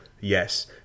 Yes